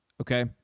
Okay